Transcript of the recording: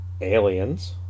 Aliens